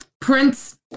Prince